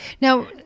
Now